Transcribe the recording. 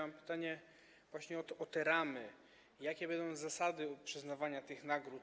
Mam pytanie właśnie o te ramy: Jakie będą zasady przyznawania tych nagród?